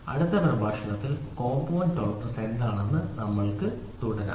അടുത്ത പ്രഭാഷണത്തിൽ compound tolerance എന്താണെന്ന് നമ്മൾക്ക് തുടരാം